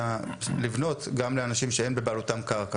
לבנות גם לאנשים שאין בבעלותם קרקע,